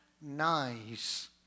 nice